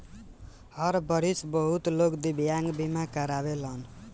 हर बारिस बहुत लोग दिव्यांग बीमा करावेलन